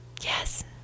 Yes